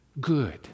Good